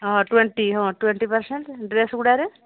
ହଁ ଟ୍ୱେଣ୍ଟି ହଁ twenty percent dress ଗୁଡ଼ାରେ